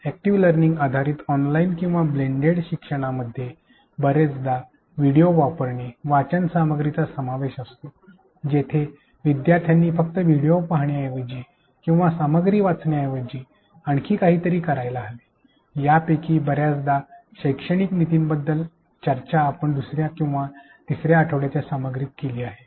active learning आधारित online किंवा blended शिक्षणामध्ये बर्याचदा व्हिडिओ वापरणे वाचन सामग्रीचा समावेश असतो जिथे विद्यार्थ्यांनी फक्त व्हिडिओ पाहण्याऐवजी किंवा सामग्री वाचण्याऐवजी आणखी काहीतरी करायला हवे यापैकी बर्याचशा शैक्षणिक नीतींबद्दल चर्चा आपण दुसऱ्या आणि तिसऱ्या आठवड्याच्या सामग्रीमध्ये केली गेली आहे